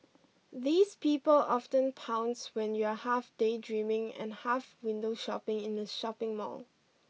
these people often pounce when you're half daydreaming and half window shopping in the shopping mall